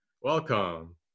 welcome